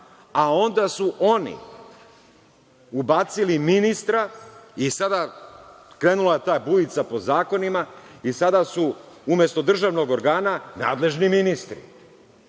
a onda su oni ubacili ministra i sada je krenula ta bujica po zakonima i sada su umesto državnog organa nadležni ministri. Gledajte